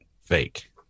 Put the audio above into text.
fake